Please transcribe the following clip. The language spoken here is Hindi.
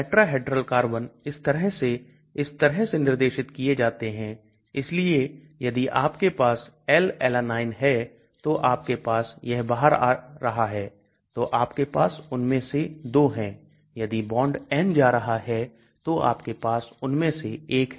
Tetrahedral carbon इस तरह से इस तरह से निर्देशित किए जाते हैं इसलिए यदि आपके पास L Alanine है तो आपके पास यह बाहर आ रहा है तो आपके पास उनमें से 2 हैं यदि बांड N जा रहा है तो आपके पास उनमें से 1 है